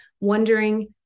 wondering